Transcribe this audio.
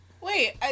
Wait